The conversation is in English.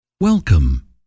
Welcome